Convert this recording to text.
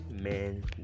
men